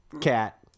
cat